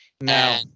now